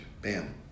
Bam